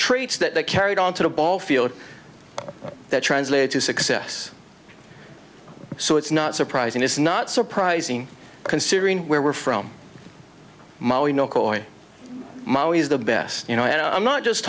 traits that carried on to the ball field that translate to success so it's not surprising it's not surprising considering where we're from you know cory ma is the best you know and i'm not just